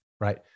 right